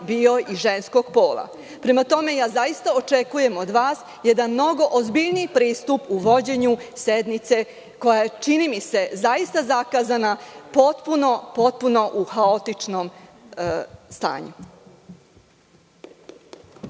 bio i ženskog pola. Zaista očekujem od vas jedan mnogo ozbiljniji pristup u vođenju sednice koja je, čini mi se, zaista zakazana potpuno u haotičnom stanju.